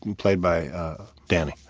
and played by danny,